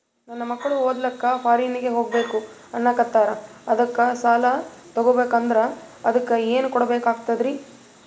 ನನ್ನ ಮಕ್ಕಳು ಓದ್ಲಕ್ಕ ಫಾರಿನ್ನಿಗೆ ಹೋಗ್ಬಕ ಅನ್ನಕತ್ತರ, ಅದಕ್ಕ ಸಾಲ ತೊಗೊಬಕಂದ್ರ ಅದಕ್ಕ ಏನ್ ಕೊಡಬೇಕಾಗ್ತದ್ರಿ?